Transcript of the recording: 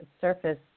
surface